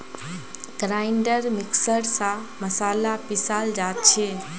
grinder mixer स मसाला पीसाल जा छे